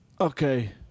Okay